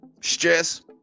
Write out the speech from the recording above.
Stress